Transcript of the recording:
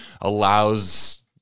allows